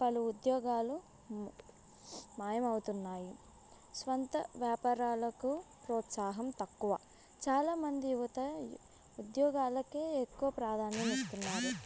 పలు ఉద్యోగాలు మాయమవుతున్నాయి స్వంత వ్యాపారాలకు ప్రోత్సాహం తక్కువ చాలామంది యువత ఉద్యోగాలకే ఎక్కువ ప్రాధాన్యం ఇస్తున్నారు